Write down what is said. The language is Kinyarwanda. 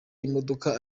imodoka